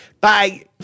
Bye